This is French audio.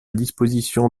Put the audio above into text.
disposition